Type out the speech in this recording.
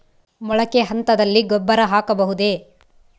ಮೊಳಕೆ ಹಂತದಲ್ಲಿ ಗೊಬ್ಬರ ಹಾಕಬಹುದೇ?